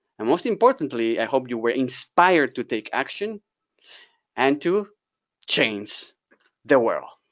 and most importantly i hope you were inspired to take action and to change the world.